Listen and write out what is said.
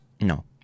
No